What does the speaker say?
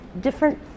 different